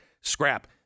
Scrap